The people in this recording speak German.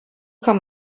kann